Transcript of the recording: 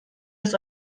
das